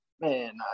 man